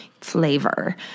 flavor